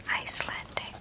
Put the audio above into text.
Icelandic